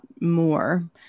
more